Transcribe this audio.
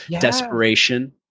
desperation